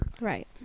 Right